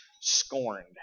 scorned